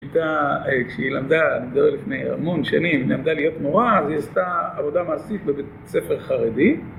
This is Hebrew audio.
הייתה, כשהיא למדה, אני מדבר לפני המון שנים, היא למדה להיות מורה, אז היא עשתה עבודה מעשית בבית ספר חרדי.